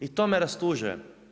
I to me rastužuje.